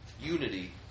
unity